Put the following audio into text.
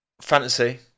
fantasy